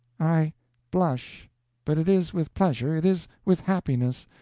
i blush but it is with pleasure, it is with happiness.